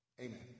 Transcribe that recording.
Amen